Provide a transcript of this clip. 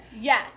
Yes